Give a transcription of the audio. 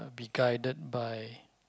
be guided by